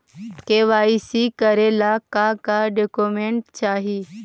KYC करे ला का का डॉक्यूमेंट चाही?